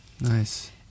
nice